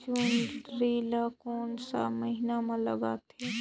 जोंदरी ला कोन सा महीन मां लगथे?